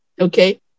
Okay